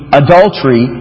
adultery